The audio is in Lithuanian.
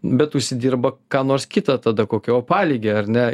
bet užsidirba ką nors kita tada kokią opaligę ar ne